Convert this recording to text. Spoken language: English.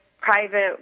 private